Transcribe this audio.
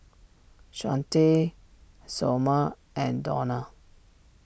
Shawnte Sommer and Donald